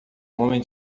homem